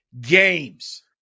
games